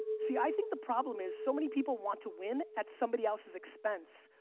see, i think the problem is, so many people want to win at somebody else's expense,